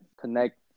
connect